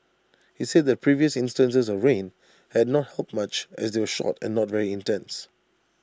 he said that previous instances of rain had not helped much as they were short and not very intense